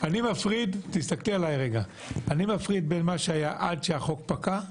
אני מפריד בין מה שהיה עד שהחוק פקע,